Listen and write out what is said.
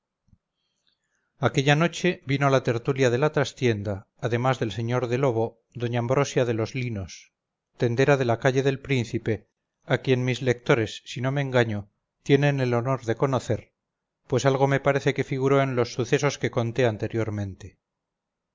aquella noche vino a la tertulia de la trastienda además del sr de lobo doña ambrosia de los linos tendera de la calle del príncipe a quien mis lectores si no me engaño tienen el honor de conocer pues algo me parece que figuró en los sucesos que conté anteriormente